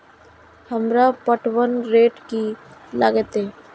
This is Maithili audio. हमरा पटवन रेट की लागते?